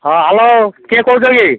ହଁ ହ୍ୟାଲୋ କିଏ କହୁଛ କି